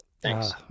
Thanks